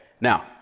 now